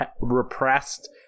repressed